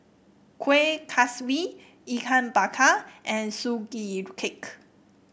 Kueh Kaswi Ikan Bakar and Sugee Cake